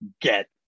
get